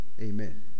amen